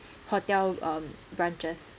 hotel um branches